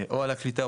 או על הקליטה,